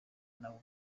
nawe